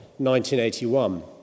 1981